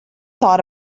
thought